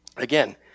Again